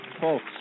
folks